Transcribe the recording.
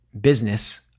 business